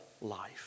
life